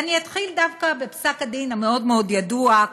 ואני אתחיל דווקא בפסק-הדין המאוד-מאוד ידוע,